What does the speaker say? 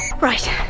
Right